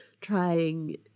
trying